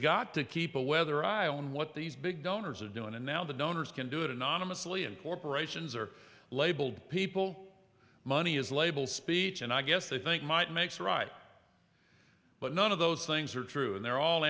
got to keep a weather eye on what these big donors are doing and now the donors can do it anonymously and corporations are labeled people money is labeled speech and i guess they think might makes right but none of those things are true and they're all